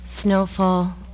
Snowfall